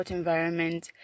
environment